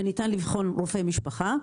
ניתן לבחון עם רופא משפחה.